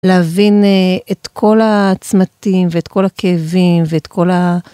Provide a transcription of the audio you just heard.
להבין את כל הצמתים ואת כל הכאבים ואת כל ה...